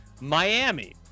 Miami